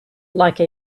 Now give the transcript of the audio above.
like